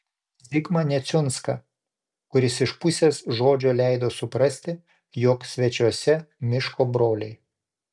zigmą neciunską kuris iš pusės žodžio leido suprasti jog svečiuose miško broliai